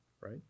Right